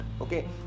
okay